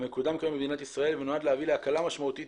המקודם כיום במדינת ישראל ונועד להביא להקלה משמעותית